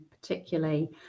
particularly